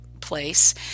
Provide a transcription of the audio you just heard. place